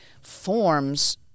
forms